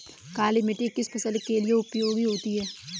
काली मिट्टी किस फसल के लिए उपयोगी होती है?